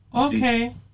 Okay